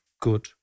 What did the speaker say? good